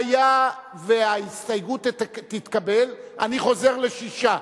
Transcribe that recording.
והיה וההסתייגות תתקבל, אני חוזר ל-6.